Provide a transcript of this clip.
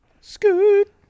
Scoot